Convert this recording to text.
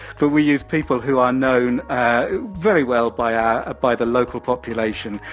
but we use people who are known very well by our by the local population.